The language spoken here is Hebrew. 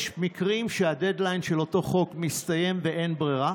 יש מקרים שהדדליין של אותו חוק מסתיים ואין ברירה,